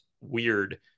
weird